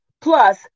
Plus